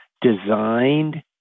designed